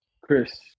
Chris